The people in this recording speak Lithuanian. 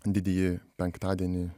didįjį penktadienį